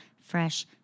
fresh